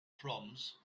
proms